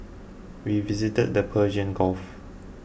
we visited the Persian Gulf